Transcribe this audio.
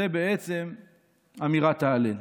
זו בעצם אמירת ההלל.